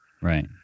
Right